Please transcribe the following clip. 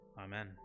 Amen